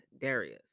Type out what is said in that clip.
Darius